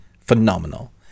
phenomenal